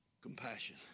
compassion